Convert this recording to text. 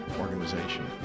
organization